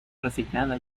resignada